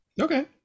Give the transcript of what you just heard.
okay